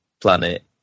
planet